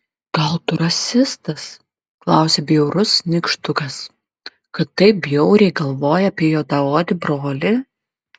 gal tu rasistas klausia bjaurus nykštukas kad taip bjauriai galvoji apie juodaodį brolį